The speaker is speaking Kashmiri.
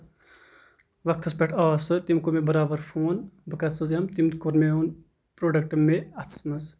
وقتس پٮ۪ٹھ آو سُہ تٔمۍ کور مےٚ برابر فون بہٕ کرٕ سوزٕ یِم تٔمۍ کوٚر مےٚ بروڈکٹ اَتھس منٛز